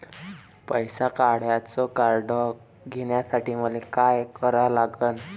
पैसा काढ्याचं कार्ड घेण्यासाठी मले काय करा लागन?